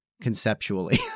conceptually